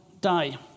die